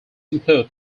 include